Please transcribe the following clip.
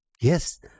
Yes